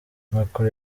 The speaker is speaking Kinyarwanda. macron